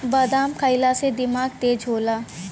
बादाम खइला से दिमाग तेज होला